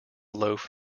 loaf